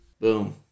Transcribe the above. Boom